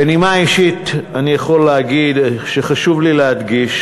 בנימה אישית אני יכול להגיד שחשוב לי להדגיש,